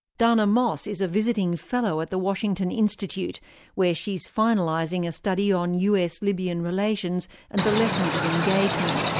dana moss is a visiting fellow at the washington institute where she is finalising a study on us-libyan relations and the lessons of engagement.